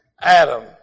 Adam